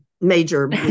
major